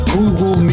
Google